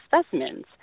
specimens